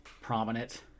prominent